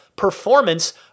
Performance